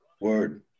Word